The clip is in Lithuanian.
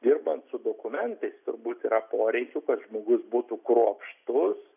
dirbant su dokumentais turbūt yra poreikių kad žmogus būtų kruopštus